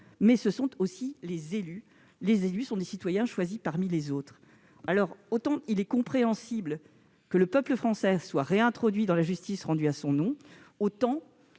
mais ce sont aussi les élus ; les élus sont des citoyens choisis parmi les autres. Alors, s'il est compréhensible que le peuple français soit réintroduit dans la justice rendue en son nom, il